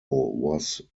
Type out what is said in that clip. was